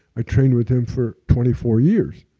i trained with him for twenty four years